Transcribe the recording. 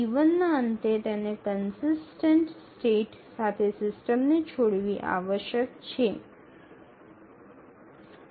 T1 ના અંતે તેને કન્સિસટેન્ટ સ્ટેટ સાથે સિસ્ટમ ને છોડવી આવશ્યક છે